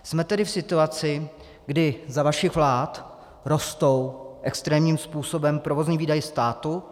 Jsme tedy v situaci, kdy za vašich vlád rostou extrémním způsobem provozní výdaje státu.